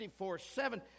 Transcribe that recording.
24-7